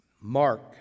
Mark